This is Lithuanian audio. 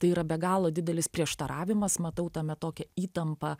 tai yra be galo didelis prieštaravimas matau tame tokią įtampą